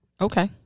Okay